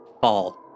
fall